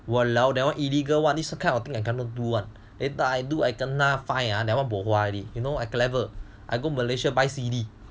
!walao! that one illegal [one] this a kind of thing and cannot do [one] later I do kena fine ah that one bohua you know I clever I go Malaysia buy C_D